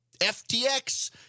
FTX